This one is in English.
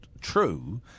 true